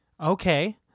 okay